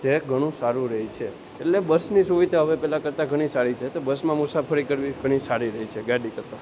જે ઘણું સારું રહે છે એટલે બસની સુવિધા હવે પહેલાં કરતાં ઘણી સારી છે તો બસમાં મુસાફરી કરવી ઘણી સારી રહે છે ગાડી કરતાં